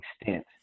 extent